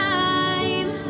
time